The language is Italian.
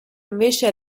invece